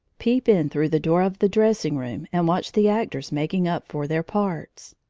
peep in through the door of the dressing-room and watch the actors making up for their parts.